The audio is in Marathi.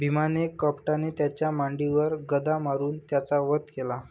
भीमाने कपटाने त्याच्या मांडीवर गदा मारून त्याचा वध केला